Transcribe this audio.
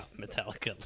Metallica